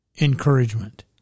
encouragement